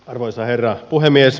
arvoisa herra puhemies